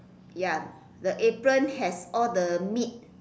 ya the apron has all the meat